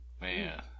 man